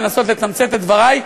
לנסות לתמצת את דברי,